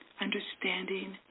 understanding